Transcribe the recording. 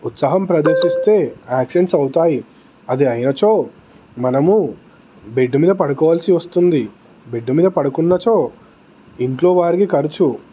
ఉత్సాహం ప్రదర్శిస్తే యాక్సిడెంట్స్ అవుతాయి అది అయినచో మనము బెడ్ మీద పడుకోవాల్సి వస్తుంది బెడ్ మీద పడుకున్నచో ఇంట్లో వారికి ఖర్చు